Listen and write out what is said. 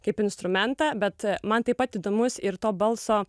kaip instrumentą bet man taip pat įdomus ir to balso